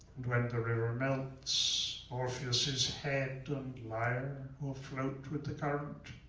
and when the river and melts, orpheus's head and lyre will float with the current